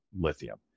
lithium